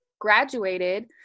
graduated